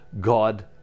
God